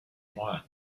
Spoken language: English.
want